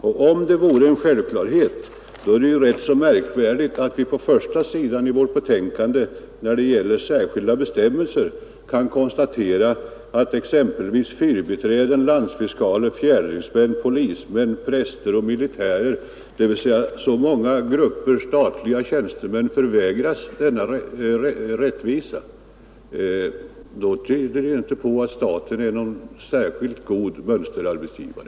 Men om det vore en självklarhet är det ganska märkligt att vi på första sidan i vårt betänkande kan konstatera att enligt gällande bestämmelser exempelvis fyrbiträden, landsfiskaler, fjärdingsmän, polismän, präster och militärer — dvs. många grupper statliga tjänstemän — förvägras denna rättvisa. Det tyder inte på att staten är någon vidare mönsterarbetsgivare.